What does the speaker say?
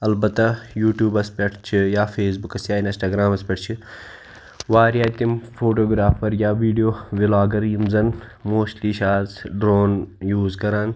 البتہ یوٗٹیوٗبَس پٮ۪ٹھ چھِ یا فیس بُکَس یا اِنَسٹاگرٛامَس پٮ۪ٹھ چھِ واریاہ تِم فوٗٹوٗگرٛافَر یا ویٖڈیو وِلاگر یِم زَن موسٹٕلی چھِ آز ڈرٛوٗن یوٗز کَران